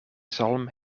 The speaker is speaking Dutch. zalm